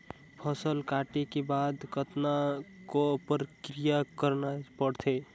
फसल काटे के बाद कतना क प्रक्रिया करना पड़थे?